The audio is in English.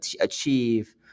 achieve